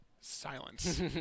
silence